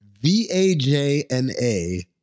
V-A-J-N-A